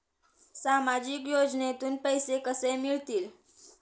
सामाजिक योजनेतून पैसे कसे मिळतील?